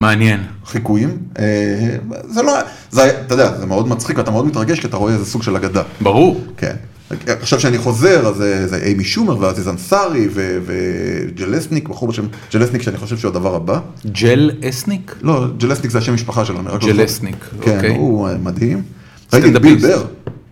מעניין. חיכויים. זה לא, אתה יודע, זה מאוד מצחיק ואתה מאוד מתרגש כי אתה רואה איזה סוג של אגדה. ברור. עכשיו כשאני חוזר, אז זה אמי שומר ואז זה זן סארי וג'ל אסניק, בחרו בשם, ג'ל אסניק שאני חושב שהוא הדבר הבא. ג'ל אסניק? לא, ג'ל אסניק זה השם משפחה שלנו. ג'ל אסניק, אוקיי. כן, הוא מדהים. הייתי מדבר.